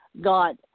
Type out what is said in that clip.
got